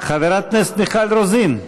חברת הכנסת מיכל רוזין,